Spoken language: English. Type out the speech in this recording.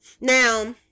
Now